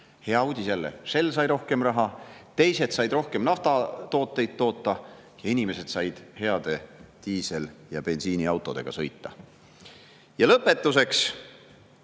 Hea uudis jälle, Shell sai rohkem raha, teised said rohkem naftatooteid toota ja inimesed said heade diisel‑ ja bensiiniautodega sõita. Lõpetuseks.